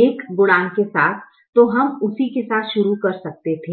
1 गुणांक के साथ तो हम उसी के साथ शुरू कर सकते थे